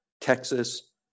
Texas